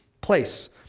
place